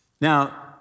Now